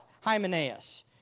Hymenaeus